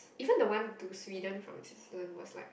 even the one to Sweden from Switzerland was like